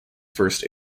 first